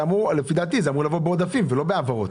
לפי דעתי זה אמור לבוא בעודפים ולא בהעברות